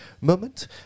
moment